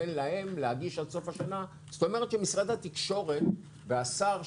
להם להגיש עד סוף השנה זאת אומרת שמשרד התקשורת והשר,